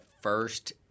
first